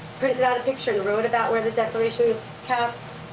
printed out a picture and wrote about where the declaration was kept.